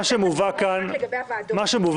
מה שמובא כאן זה מסמך,